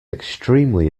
extremely